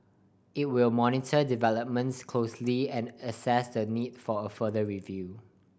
it will monitor developments closely and assess the need for a further review